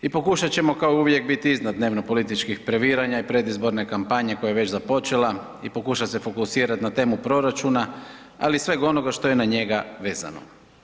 I pokušat ćemo kao i uvijek biti iznad dnevno političkih previranja i predizborne kampanje koja je već započela i pokušat se fokusirat na temu proračuna, ali i svega onoga što je na njega vezano.